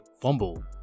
fumble